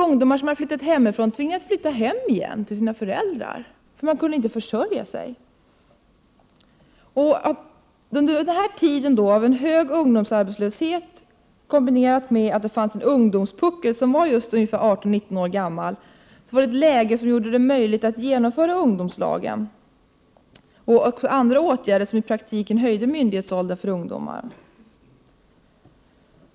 Ungdomar som hade flyttat hemifrån tvingades flytta hem igen till sina föräldrar, för de kunde inte försörja sig. Under den här tiden, med stor ungdomsarbetslöshet, kombinerad med att det fanns en ”ungdomspuckel” där de flesta var 18 eller 19 år gamla, var det ett läge där det var möjligt att införa ungdomslagen och också vidta andra åtgärder som i praktiken höjde myndighetsåldern.